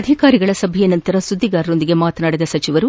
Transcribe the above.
ಅಧಿಕಾರಿಗಳ ಸಭೆಯ ನಂತರ ಸುದ್ದಿಗಾರರೊಂದಿಗೆ ಮಾತನಾಡಿದ ಅವರು